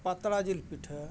ᱯᱟᱛᱲᱟ ᱡᱤᱞ ᱯᱤᱴᱷᱟᱹ